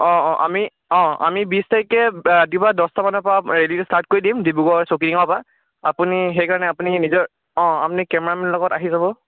অঁ অঁ আমি অঁ আমি বিছ তাৰিখে ৰাতিপুৱা দহটামানৰ পৰা ৰেলীটো ষ্টাৰ্ট কৰি দিম ডিব্ৰুগড় চৌকিডিঙৰ পৰা আপুনি সেইকাৰণে আপুনি নিজৰ অঁ আপুনি কেমেৰামেন লগত আহি যাব